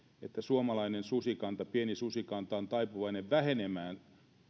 että suomalainen pieni susikanta on taipuvainen vähenemään